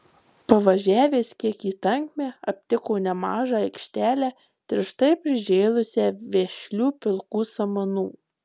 pavažiavęs kiek į tankmę aptiko nemažą aikštelę tirštai prižėlusią vešlių pilkų samanų